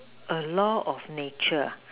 a law of nature ah